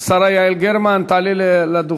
השרה יעל גרמן, תעלה לדוכן